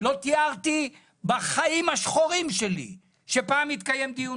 לא תיארתי בחיים השחורים שלי שפעם יתקיים דיון